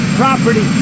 property